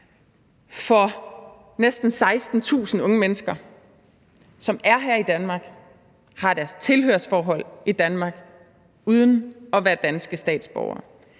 for næsten 16.000 unge mennesker, som er her i Danmark og har deres tilhørsforhold i Danmark, uden at være danske statsborgere